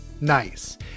Nice